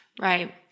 Right